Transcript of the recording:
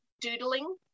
doodling